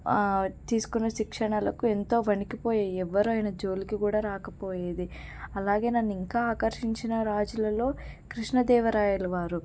తీసుకున్న శిక్షణలకు ఎంతో వనికిపోయాయి ఎవ్వరు ఆయన జోలికి కూడా రాకపోయేది అలాగే నన్ను ఇంకా ఆకర్షించిన రాజులలో కృష్ణదేవరాయలు వారు